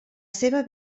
seva